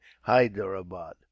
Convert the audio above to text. hyderabad